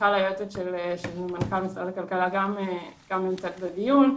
מיכל היועצת של מנכ"ל משרד הכלכלה גם נמצאת בדיון.